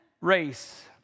race